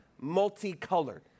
multicolored